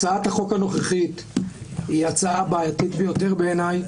הצעת החוק הנוכחית היא הצעה בעייתית ביותר בעיניי.